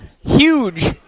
huge